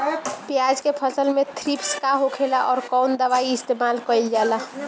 प्याज के फसल में थ्रिप्स का होखेला और कउन दवाई इस्तेमाल कईल जाला?